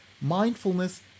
Mindfulness